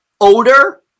odor